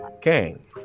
Kang